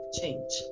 change